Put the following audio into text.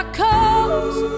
cause